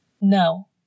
No